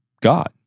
God